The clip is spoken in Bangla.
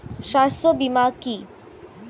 স্বাস্থ্য বীমা কি?